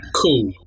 cool